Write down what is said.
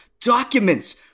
documents